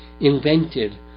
invented